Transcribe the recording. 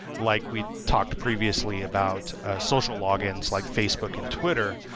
like we talked previously about social logins like facebook and twitter,